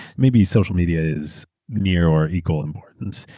maybe social media is near or equal importance.